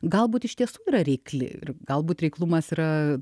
galbūt iš tiesų yra reikli ir galbūt reiklumas yra